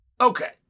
Okay